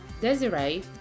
desiree